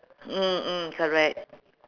mm mm correct